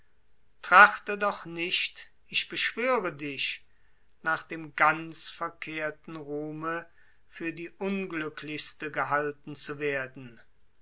trachte doch nicht ich beschwöre dich nach dem ganz verkehrten ruhme für die unglücklichste gehalten zu werden